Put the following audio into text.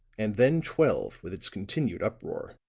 and then twelve with its continued uproar.